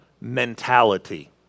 mentality